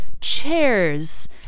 chairs